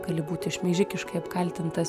gali būti šmeižikiškai apkaltintas